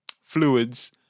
fluids